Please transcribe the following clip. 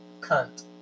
cunt